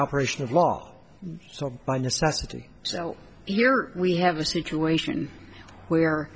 operation of law by necessity so here we have a situation where